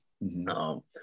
No